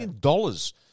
dollars